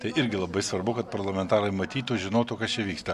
tai irgi labai svarbu kad parlamentarai matytų žinotų kas čia vyksta